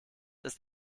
ist